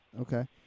okay